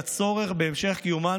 תוכל גם הכנסת לבחון את הצורך בהמשך קיומן